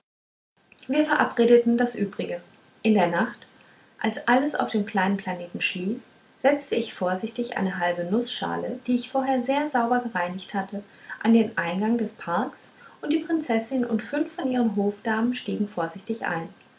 wir verabredeten das übrige in der nacht als alles auf dem kleinen planeten schlief setzte ich vorsichtig eine halbe nußschale die ich vorher sehr sauber gereinigt hatte an den eingang des parks und die prinzessin und fünf von ihren hofdamen stiegen vorsichtig ein